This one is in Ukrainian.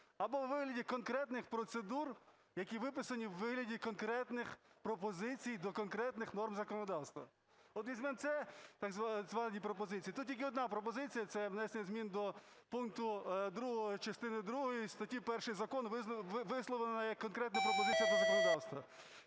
або у вигляді конкретних процедур, які виписані у вигляді конкретних пропозицій до конкретних норм законодавства. От візьмемо ці так звані пропозиції, тут тільки одна пропозиція: це внесення змін до пункту 2 частини другої статті 1 закону, висловлено як конкретну пропозицію до законодавства.